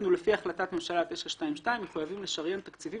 אנחנו לפי החלטת הממשלה 922 מחויבים לשריין תקציבים